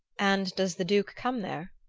and does the duke come there?